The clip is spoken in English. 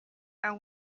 are